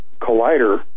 collider